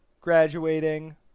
graduating